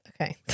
Okay